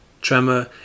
Tremor